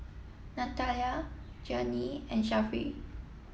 Nathalia Journey and Sharif